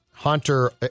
Hunter